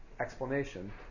explanation